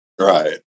right